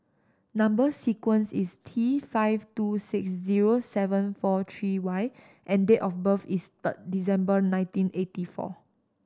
number sequence is T five two six zero seven four three Y and date of birth is third December nineteen eighty four